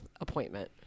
appointment